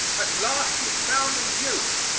at last she found a youth,